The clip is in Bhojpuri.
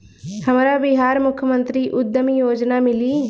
हमरा बिहार मुख्यमंत्री उद्यमी योजना मिली?